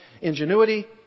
ingenuity